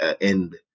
end